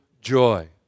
joy